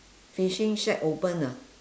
fishing shack open ah